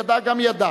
ידע גם ידע